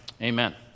amen